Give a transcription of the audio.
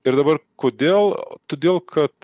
ir dabar kodėl todėl kad